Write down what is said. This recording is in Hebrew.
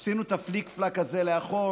עשינו את הפליק-פלאק הזה לאחור.